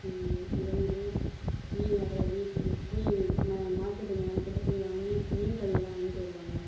இளநீர் அப்புறம் போய் மார்கெட்டு மெனக்கெட்டு போய் வாங்கி மீன் கழிவுலாம் வாங்கிட்டு வருவாங்க